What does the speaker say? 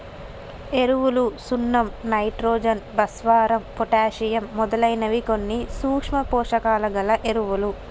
ఎరువులు సున్నం నైట్రోజన్, భాస్వరం, పొటాషియమ్ మొదలైనవి కొన్ని సూక్ష్మ పోషకాలు గల ఎరువులు